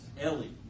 Ellie